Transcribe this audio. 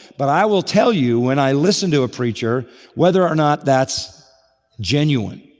but i will tell you, when i listen to a preacher whether or not that's genuine